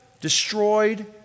destroyed